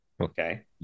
Okay